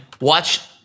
watch